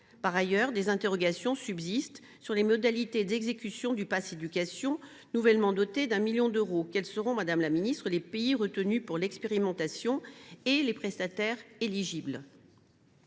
En outre, des interrogations subsistent sur les modalités d’exécution du pass éducation, nouvellement doté d’un million d’euros. Qui seront, madame la ministre, les pays retenus pour l’expérimentation et les prestataires éligibles ?